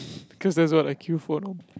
cause that's what I queue for know